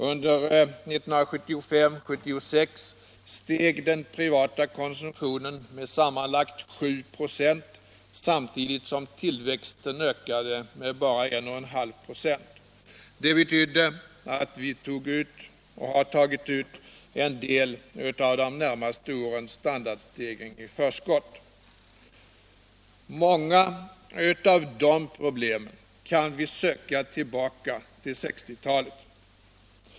Under 1975/76 steg den privata konsumtionen med sammanlagt 7 96, samtidigt som tillväxten ökade med bara 1,5 26. Det betydde att vi tog ut en del av de närmaste årens standardstegring i förskott. Många av problemen kan vi söka tillbaka till 1960-talet.